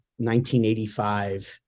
1985